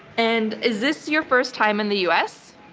and is this your first time in the us?